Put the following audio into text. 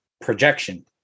projection